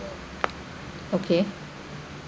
okay